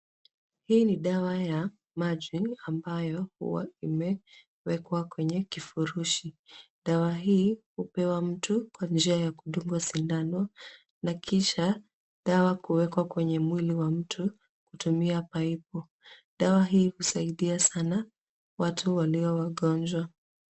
Hii ni dawa ya maji ambayo huwa imewekwa kwenye kifurushi. Dawa hii hupewa mtu kwa njia ya kudungwa sindano na kisha, dawa kuwekwa kwenye mwili wa mtu kutumia paipu. Dawa hii husaidia sana watu walio wagonjwa.